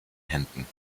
händen